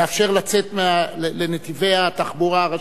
לאפשר לצאת לנתיבי התחבורה הראשיים,